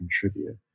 contribute